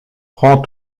prends